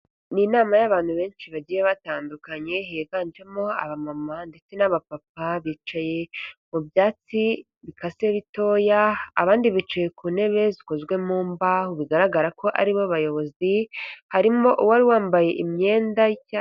Ni inama y'abantu benshi bagiye batandukanye higanjemo abamama ndetse n'abapapa bicaye mu byatsi bikase bitoya, abandi bicaye ku ntebe zikozwe mu mbaho bigaragara ko aribo bayobozi harimo uwari wambaye imyenda y'icyatsi.